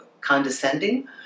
condescending